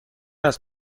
است